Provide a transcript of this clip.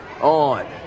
on